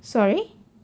sorry